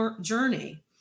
journey